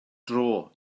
dro